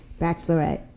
bachelorette